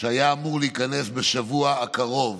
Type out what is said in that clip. שהייתה אמורה להיכנס לתוקף בשבוע הקרוב